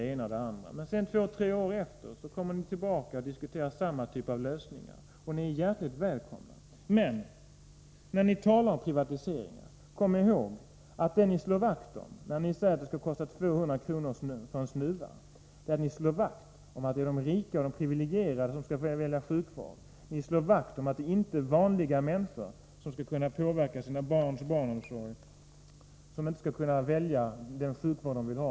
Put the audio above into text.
Men två tre år senare har ni kommit tillbaka och diskuterat samma typ av lösningar som vi tidigare föreslagit. Ni är hjärtligt välkomna — men kom ihåg, när ni talar om att det skall kosta 200 kr. för en snuva, att det är de rika och privilegierade som ni slår vakt om. Ni slår inte vakt om vanliga människor och deras möjligheter att påverka sina barns barnomsorg eller att välja den sjukvård de vill ha.